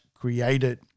created